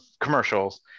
commercials